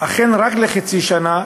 אכן ניתנה רק לחצי שנה,